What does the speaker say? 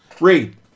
Read